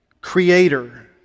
Creator